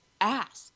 ask